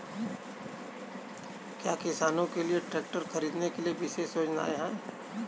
क्या किसानों के लिए ट्रैक्टर खरीदने के लिए विशेष योजनाएं हैं?